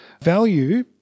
value